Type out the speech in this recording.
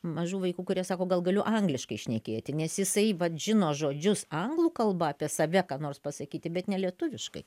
mažų vaikų kurie sako gal galiu angliškai šnekėti nes jisai vat žino žodžius anglų kalba apie save ką nors pasakyti bet ne lietuviškai